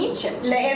Egypt